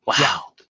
Wow